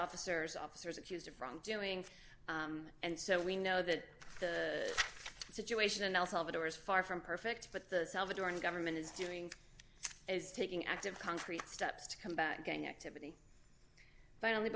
officers officers accused of wrongdoing and so we know that the situation in el salvador is far from perfect but the salvadoran government is doing is taking active concrete steps to come back again activity but only